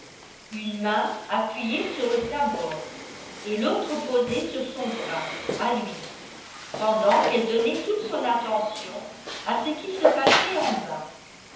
une main appuyée sur le plat-bord et l'autre posée sur son bras à lui pendant qu'elle donnait toute son attention à ce qui se passait en bas